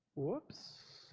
oops,